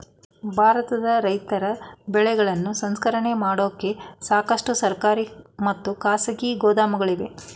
ಭಾರತದಲ್ಲಿ ರೈತರ ಬೆಳೆಗಳನ್ನು ಸಂಸ್ಕರಣೆ ಮಾಡೋಕೆ ಸಾಕಷ್ಟು ಸರ್ಕಾರಿ ಮತ್ತು ಖಾಸಗಿ ಗೋದಾಮುಗಳಿವೆ